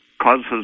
causes